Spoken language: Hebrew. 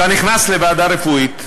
אתה נכנס לוועדה רפואית,